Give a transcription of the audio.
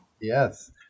Yes